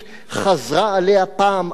חזרה עליה פעם אחר פעם".